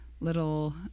little